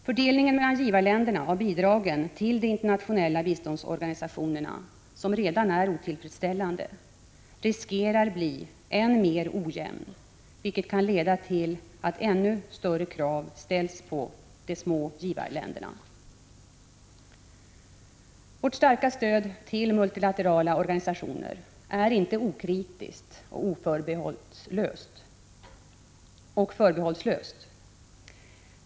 Fördelningen mellan givarländerna av bidragen till de internationella biståndsorganisationerna, som redan är otillfredsställande, riskerar att bli än mer ojämn, vilket kan leda till att ännu större krav ställs på de små givarländerna. Vårt starka stöd till multilaterala organisationer är inte okritiskt och förbehållslöst.